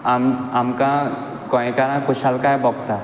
आम आमकां गोंयकारांक खुशालकाय भोगता